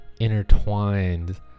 intertwined